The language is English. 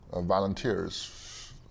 volunteers